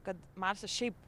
kad marsas šiaip